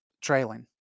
trailing